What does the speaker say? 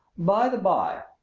by the by,